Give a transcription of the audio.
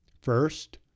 First